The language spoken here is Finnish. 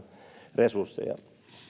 resursseja